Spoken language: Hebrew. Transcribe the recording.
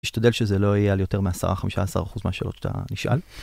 אשתדל שזה לא יהיה על יותר מה-10-15% מהשאלות שאתה תשאל.